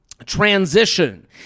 Transition